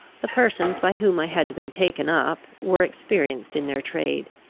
the persons by whom i had been taken up were experienced in their trade,